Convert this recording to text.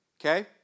Okay